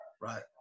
Right